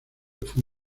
fue